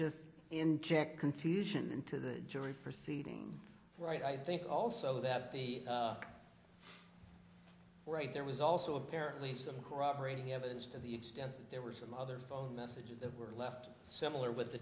just inject confusion into the jury proceeding right i think also that right there was also apparently some corroborating evidence to the extent that there were some other phone messages that were left similar with the